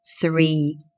three